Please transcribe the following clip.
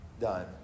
done